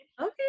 Okay